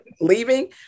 leaving